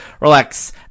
relax